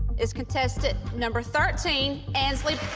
is contestant number thirteen, anslee.